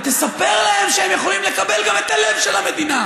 ותספר להם שהם יכולים לקבל גם את הלב של המדינה.